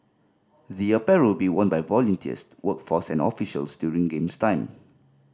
the apparel will be worn by volunteers workforce and officials during Games time